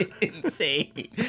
insane